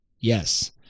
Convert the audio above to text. Yes